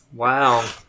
Wow